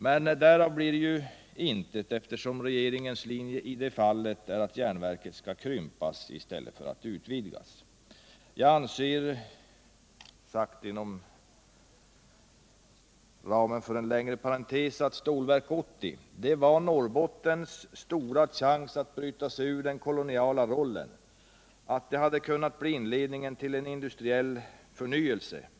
Men därav blir ju intet, eftersom regeringens linje i det fallet är att järnverket skall krympas i stället för att utvidgas. Jag anser, om jag får göra en längre parentes, att Stålverk 80 var Norrbottens stora chans att bryta sig ur den koloniala rollen och att det hade kunnat bli inledningen till en industriell förnyelse.